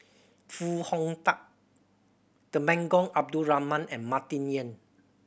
Foo Hong Tatt Temenggong Abdul Rahman and Martin Yan